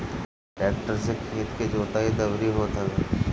tractor से खेत के जोताई, दवरी होत हवे